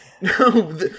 No